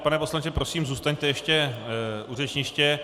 Pane poslanče, prosím, zůstaňte ještě u řečniště.